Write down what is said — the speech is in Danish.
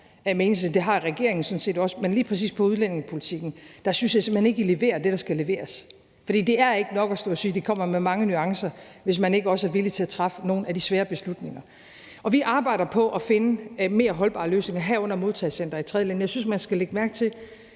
og det har regeringen sådan set også, men lige præcis i forhold til udlændingepolitikken synes jeg simpelt hen ikke, I leverer det, der skal leveres. For det er ikke nok at stå og sige, at det kommer med mange nuancer, hvis man ikke også er villig til at træffe nogle af de svære beslutninger. Vi arbejder på at finde mere holdbare løsninger, herunder et modtagecenter i et tredjeland, og jeg synes, man skal lægge mærke til,